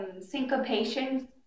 Syncopation